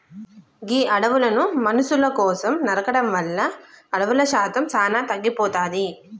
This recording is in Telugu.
గీ అడవులను మనుసుల కోసం నరకడం వల్ల అడవుల శాతం సానా తగ్గిపోతాది